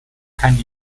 kein